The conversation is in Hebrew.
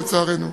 לצערנו.